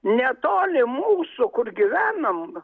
netoli mūsų kur gyvenom